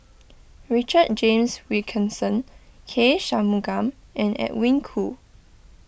Richard James Wilkinson K Shanmugam and Edwin Koo